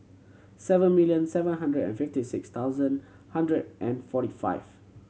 seven million seven hundred and fifty six thousand hundred and forty five